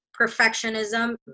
perfectionism